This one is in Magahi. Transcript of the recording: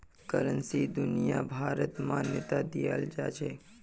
करेंसीक दुनियाभरत मान्यता दियाल जाछेक